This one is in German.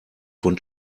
von